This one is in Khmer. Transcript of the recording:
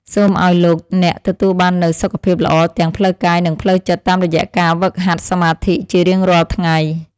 សូមឱ្យលោកអ្នកទទួលបាននូវសុខភាពល្អទាំងផ្លូវកាយនិងផ្លូវចិត្តតាមរយៈការហ្វឹកហាត់សមាធិជារៀងរាល់ថ្ងៃ។